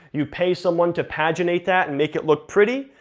you pay someone to paginate that and make it look pretty,